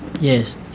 Yes